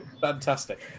Fantastic